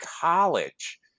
college